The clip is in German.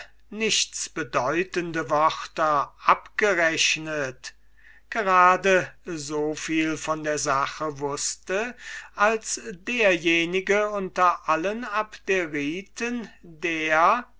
lange nichtsbedeutende wörter abgerechnet gerade so viel von der sache wußte als derjenige unter allen abderiten der